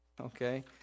okay